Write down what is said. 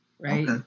right